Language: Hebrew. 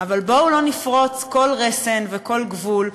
אבל בואו לא נפרוץ כל רסן וכל גבול,